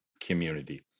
Community